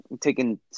Taking